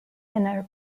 inner